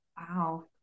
Wow